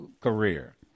career